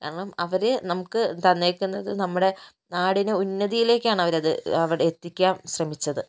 കാരണം അവര് നമുക്ക് തന്നേക്കുന്നത് നമ്മുടെ നാടിനെ ഉന്നതിയിലേക്കാണവരത് എത്തിക്കാൻ ശ്രമിച്ചത്